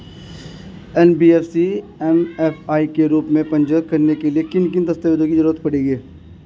NBFC MFI के रूप में पंजीकृत कराने के लिए किन किन दस्तावेजों की जरूरत पड़ेगी?